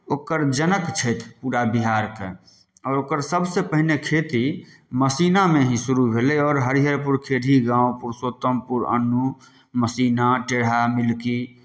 ओकर जनक छथि पूरा बिहारके आओर ओकर सभसँ पहिने खेती मसीनामे ही शुरू भेलै आओर हरिहरपुर खेढ़ी गाँव पुरुषोत्तमपुर अन्नू मसीना टेढ़ा मिलकी